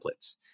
templates